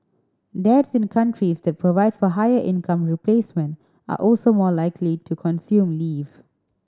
dads in countries that provide for higher income replacement are also more likely to consume leave